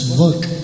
work